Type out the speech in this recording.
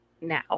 now